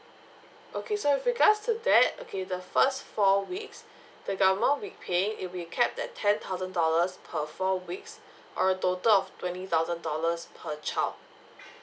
okay so with regards to that okay the first four weeks the government will be paying it will be capped at ten thousand dollars per four weeks or a total of twenty thousand dollars per child